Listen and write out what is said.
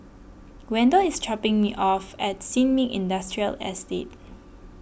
Wendel is dropping me off at Sin Ming Industrial Estate